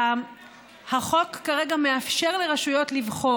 שהחוק כרגע מאפשר לרשויות לבחור,